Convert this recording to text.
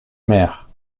maire